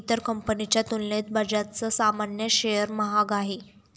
इतर कंपनीच्या तुलनेत बजाजचा सामान्य शेअर महाग आहे